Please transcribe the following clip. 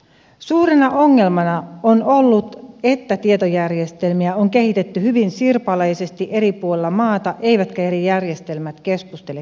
suurena ongelmana on ollut että tietojärjestelmiä on kehitetty hyvin sirpaleisesti eri puolilla maata eivätkä eri järjestelmät keskustele keskenään